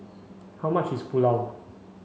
how much is Pulao